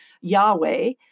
Yahweh